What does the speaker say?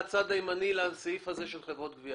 הערות לגבי